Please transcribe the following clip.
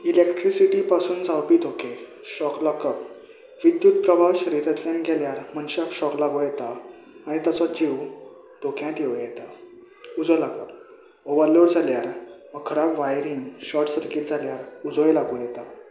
electricity पासून जावपी धोके शॉक लागप विद्युत प्रभाव शररांतल्यान गेल्यार मनशाक शॉक लागू येता आनी ताचो जीव धोक्यात येवं येता उजो लागप ओवरलोड जाल्यार अकरक वायरींग शॉर्ट सर्कीट जाल्यार उजोय लागूं येता